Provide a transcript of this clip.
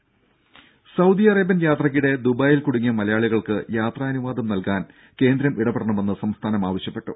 രുര Saudi Arabian യാത്രക്കിടെ ദുബായിൽ കുടുങ്ങിയ മലയാളികൾക്ക് യാത്രാനുവാദം നൽകാൻ കേന്ദ്രം ഇടപെടണമെന്ന് സംസ്ഥാനം ആവശ്യപ്പെട്ടു